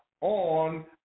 on